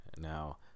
Now